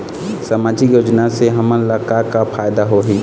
सामाजिक योजना से हमन ला का का फायदा होही?